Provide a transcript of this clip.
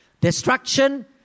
destruction